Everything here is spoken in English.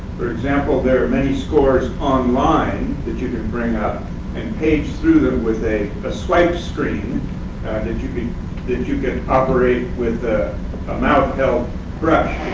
for example, there are many scores online that you can bring up and page through them with a a swipe screen that you i mean that you could operate with a um mouth-held you know brush,